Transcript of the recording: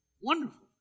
wonderful